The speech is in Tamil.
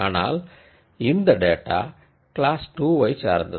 ஆனால் இந்த டேட்டா கிளாஸ் 2 வை சார்ந்தது